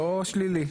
מלי פולישוק.